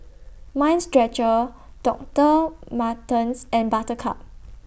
Mind Stretcher Doctor Martens and Buttercup